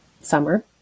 summer